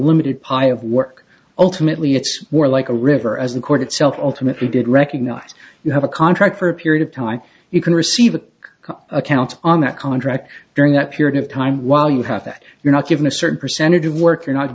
limited pie of work ultimately it's more like a river as the court itself ultimately did recognize you have a contract for a period of time you can receive an account on that contract during that period of time while you have that you're not given a certain percentage of work you're not